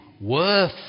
Worth